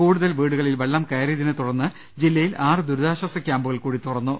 കൂടുതൽ വീടുകളിൽ വെള്ളം കയറിയതിനെ തുടർന്ന് ജില്ലയിൽ ആറു ദുരിതാശ്ചാസ ക്യാമ്പുകൾ കൂടി തുറന്നു